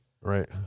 Right